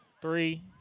Three